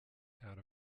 out